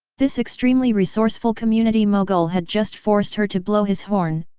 this extremely resourceful community mogul had just forced her to blow his horn,